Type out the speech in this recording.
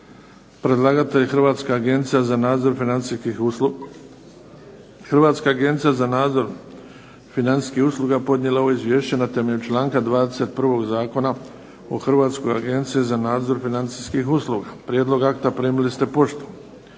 Predlagatelj Hrvatska agencija za nadzor financijskih usluga je podnijela ovo izvješće na temelju članka 21. Zakona o Hrvatskoj agenciji za nadzor financijskih usluga. Prijedlog akta primili ste poštom.